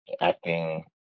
acting